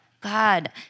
God